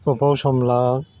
गोबाव सम ला